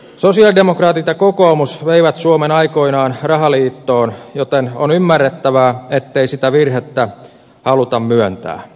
sosialidemokraatit ja kokoomus veivät suomen aikoinaan rahaliittoon joten on ymmärrettävää ettei sitä virhettä haluta myöntää